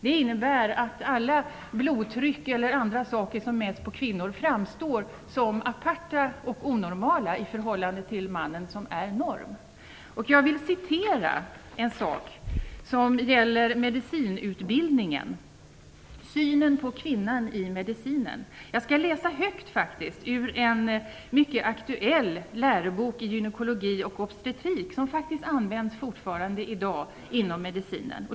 Det innebär att värden som blodtryck och annat som mäts på kvinnor framstår som aparta och onormala i förhållande till mannen, som är normen. Jag vill citera ur en text från medicinutbildningen som belyser synen på kvinnan inom medicinen. Jag skall läsa högt ur en mycket aktuell lärobok i gynekologi och obstretik, som faktiskt fortfarande används inom medicinen.